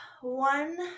one